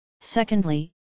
Secondly